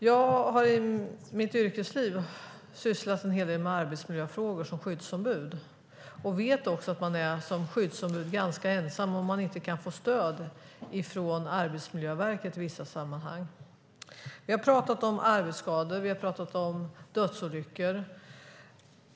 Jag har i mitt yrkesliv sysslat en hel del med arbetsmiljöfrågor som skyddsombud och vet att man som skyddsombud är ganska ensam om man inte kan få stöd från Arbetsmiljöverket i vissa sammanhang. Vi har talat om arbetsskador och om dödsolyckor.